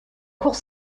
court